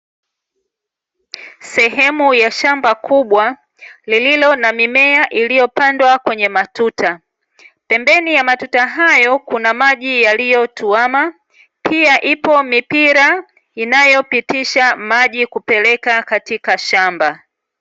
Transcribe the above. Sehemu ya shamba kubwa lililo na mimea iliyopandwa kwenye matuta, pembeni ya matuta hayo kuna maji yaliyo tuama pia ipo mipira inayopitisha maji kupeleka katika shamba.